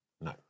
No